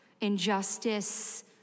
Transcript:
Injustice